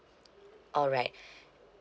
alright